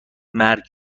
مرگ